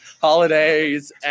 holidays